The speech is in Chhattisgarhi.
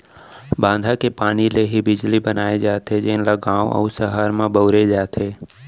बांधा के पानी ले ही बिजली बनाए जाथे जेन ल गाँव अउ सहर म बउरे जाथे